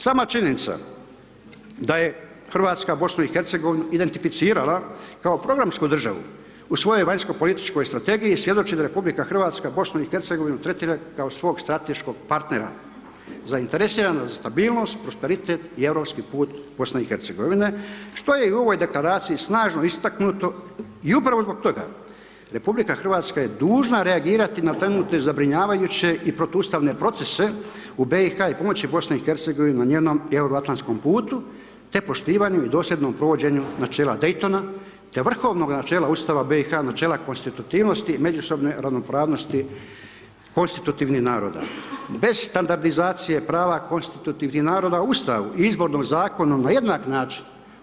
Sama činjenica da je RH, BiH identificirala kao programsku državu u svojoj vanjsko političkoj strategiji, svjedoči da je RH, BiH tretira kao svog strateškog partnera zainteresiranog za stabilnost, prosperitet i europski put BiH, što je i u ovoj Deklaraciji snažno istaknuto i upravo zbog toga, RH je dužna reagirati na trenutne zabrinjavajuće i protuustavne procese u BiH i pomoći BiH na njenom euroatlantskom putu, te poštivani u dosljednom provođenju načela Dejtona, te vrhovnoga načela Ustava BiH, načela konstitutivnosti, međusobne ravnopravnosti konstitutivnih naroda bez standardizacije prava konstitutivnih naroda Ustavu i Izbornom zakonu na jednak način.